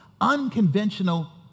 unconventional